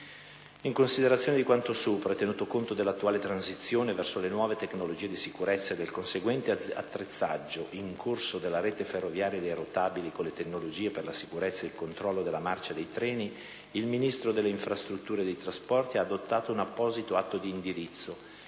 In considerazione di quanto sopra e tenuto conto dell'attuale transizione verso le nuove tecnologie di sicurezza e del conseguente attrezzaggio in corso della rete ferroviaria e dei rotabili con le tecnologie per la sicurezza ed il controllo della marcia dei treni, il Ministro delle infrastrutture e dei trasporti ha adottato un apposito Atto di indirizzo,